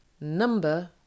Number